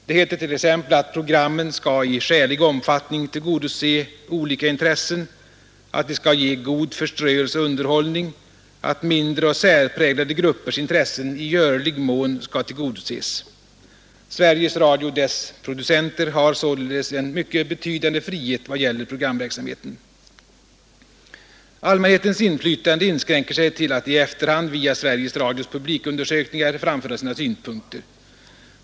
Det heter t.ex. att programmen skall ”i skälig omfattning” tillgodose olika intressen, att de skall ge ”god förströelse och underhållning”, att mindre och särpräglade gruppers intressen ”i görlig mån” skall tillgodoses. Sveriges Radio och dess producenter har således en mycket betydande frihet vad gäller programverksamheten. Allmänhetens inflytande inskränker sig till att i efterhand via Sveriges Radios publikundersökningar framföra sina synpunkter.